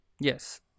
Yes